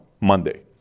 Monday